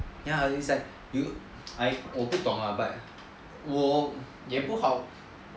ya is like you 我不懂 lah but